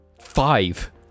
Five